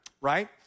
right